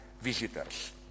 visitors